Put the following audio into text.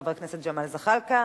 חבר הכנסת ג'מאל זחאלקה,